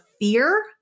fear